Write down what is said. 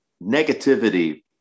negativity